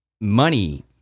money